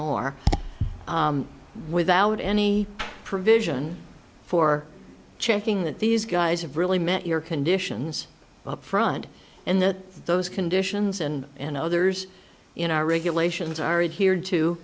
more without any provision for checking that these guys have really met your conditions up front and that those conditions and and others in our regulations aren't here to